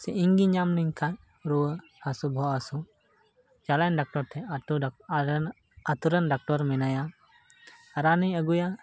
ᱥᱮ ᱤᱧ ᱜᱮ ᱧᱟᱢ ᱞᱮᱱᱠᱷᱟᱱ ᱨᱩᱣᱟᱹ ᱦᱟᱹᱥᱩ ᱵᱚᱦᱚᱜ ᱦᱟᱹᱥᱩ ᱪᱟᱞᱟᱜᱼᱟᱹᱧ ᱰᱟᱠᱴᱚᱨ ᱴᱷᱮᱱ ᱟᱹᱛᱩ ᱰᱟᱠ ᱟᱞᱮ ᱨᱮᱱ ᱟᱹᱛᱩ ᱨᱮᱱ ᱰᱟᱠᱴᱚᱨ ᱢᱮᱱᱟᱭᱟ ᱨᱟᱱ ᱤᱧ ᱟᱹᱜᱩᱭᱟ